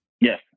Yes